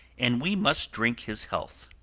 and we must drink his health.